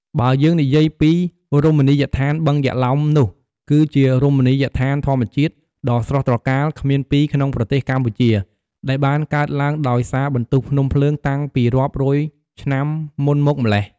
បើយើងនិយាយពីរមណីយដ្ឋានបឹងយក្សឡោមនោះគឺជារមណីយដ្ឋានធម្មជាតិ ដ៏ស្រស់ត្រកាលគ្មានពីរក្នុងប្រទេសកម្ពុជាដែលបានកើតឡើងដោយសារបន្ទុះភ្នំភ្លើងតាំងពីរាប់រយឆ្នាំមុនមកម៉េ្លះ។